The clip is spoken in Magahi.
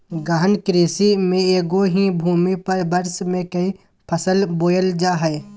गहन कृषि में एगो ही भूमि पर वर्ष में क़ई फसल बोयल जा हइ